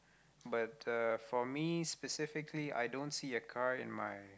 but uh for me specifically i don't see a car in my